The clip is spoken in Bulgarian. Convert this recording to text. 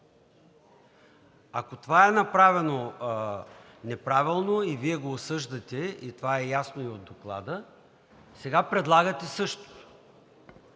Ако това е направено неправилно, Вие го осъждате – това е ясно и от Доклада, сега предлагате същото